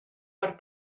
per